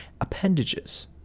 appendages